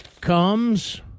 comes